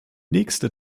nächste